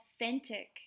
authentic